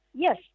Yes